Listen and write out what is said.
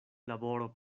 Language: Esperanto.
laboro